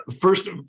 first